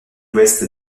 ouest